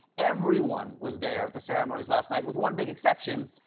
everyone was there at the ceremonies last night with one big exception.